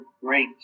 great